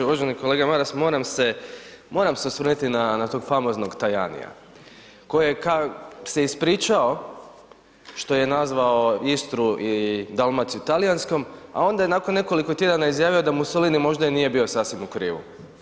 Uvaženi kolega Mares moram se, moram se osvrnuti na tog famoznog Tajanija koji kad se ispričao što je nazvao Istru i Dalmaciju talijanskom, a onda je nakon nekoliko tjedana izjavio da Musolini možda i nije bio sasvim u krivu.